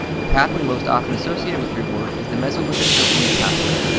the pathway most often associated with reward is the mesolimbic dopamine pathway,